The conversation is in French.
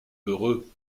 heureux